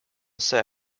said